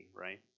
right